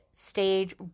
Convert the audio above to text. stage